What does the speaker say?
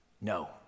No